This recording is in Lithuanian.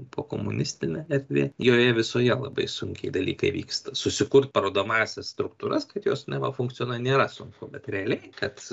pokomunistinė erdvė joje visoje labai sunkiai dalykai vyksta susikurt parodomąsias struktūras kad jos neva funkcionuoja nėra sunku bet realiai kad